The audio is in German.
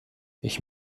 ich